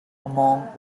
among